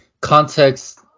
context